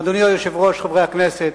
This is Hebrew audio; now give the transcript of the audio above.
אדוני היושב-ראש, חברי הכנסת,